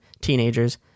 teenagers